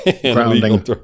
Grounding